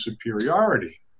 superiority